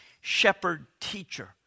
Shepherd-teacher